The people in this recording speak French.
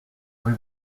rue